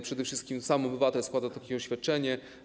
Przede wszystkim to sam obywatel składała takie oświadczenie.